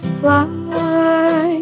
fly